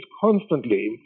constantly